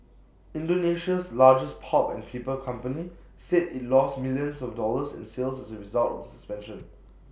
Indonesia's largest pulp and paper company said IT lost millions of dollars in sales as A result of the suspension